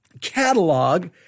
catalog